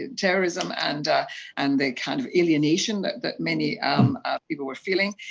ah terrorism and and the kind of alienation that that many um people were feeling.